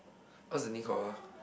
what's the name called